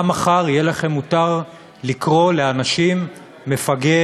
גם מחר מותר יהיה לכם לקרוא לאנשים מפגר,